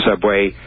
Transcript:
subway